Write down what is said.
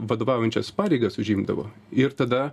vadovaujančias pareigas užimdavo ir tada